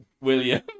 William